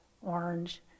orange